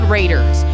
Raiders